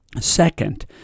Second